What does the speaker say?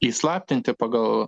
įslaptinti pagal